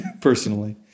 personally